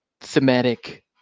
thematic